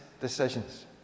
decisions